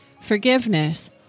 forgiveness